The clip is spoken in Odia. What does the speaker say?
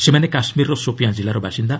ସେମାନେ କାଶ୍କୀରର ସୋପିଆଁ ଜିଲ୍ଲାର ବାସିନ୍ଦା